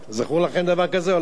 זכור לכם דבר כזה או לא?